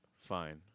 fine